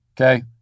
Okay